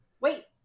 Wait